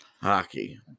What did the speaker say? Hockey